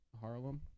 Harlem